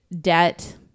debt